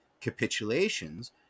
capitulations